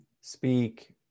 speak